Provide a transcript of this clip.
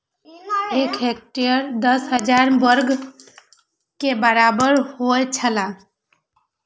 एक हेक्टेयर दस हजार वर्ग मीटर के बराबर होयत छला